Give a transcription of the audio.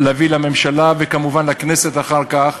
להביא לממשלה, וכמובן לכנסת אחר כך,